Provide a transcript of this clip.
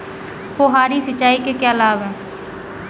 फुहारी सिंचाई के क्या लाभ हैं?